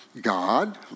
God